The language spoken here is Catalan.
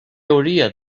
hauria